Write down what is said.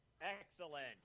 Excellent